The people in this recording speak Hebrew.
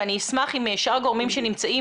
אשמח אם שאר הגורמים שנמצאים,